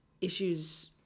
issues